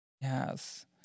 Yes